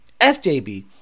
FJB